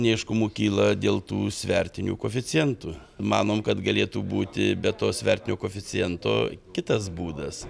neaiškumų kyla dėl tų svertinių koeficientų manom kad galėtų būti be to svertinio koeficiento kitas būdas